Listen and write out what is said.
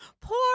Poor